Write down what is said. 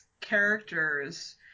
characters